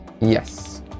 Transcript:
Yes